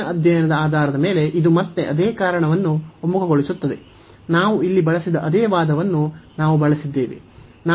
ಹಿಂದಿನ ಅಧ್ಯಯನದ ಆಧಾರದ ಮೇಲೆ ಇದು ಮತ್ತೆ ಅದೇ ಕಾರಣವನ್ನು ಒಮ್ಮುಖಗೊಳಿಸುತ್ತದೆ ನಾವು ಇಲ್ಲಿ ಬಳಸಿದ ಅದೇ ವಾದವನ್ನು ಬಳಸಿದ್ದೇವೆ